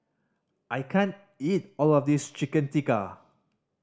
I can't eat all of this Chicken Tikka